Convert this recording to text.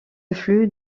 flux